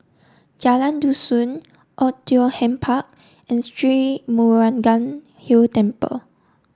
Jalan Dusun Oei Tiong Ham Park and Sri Murugan Hill Temple